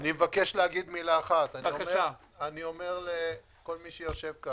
אני אומר לכל מי שיושב פה